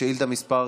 שאילתה מס'